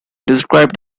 described